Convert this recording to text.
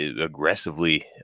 aggressively